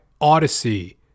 Odyssey